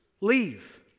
leave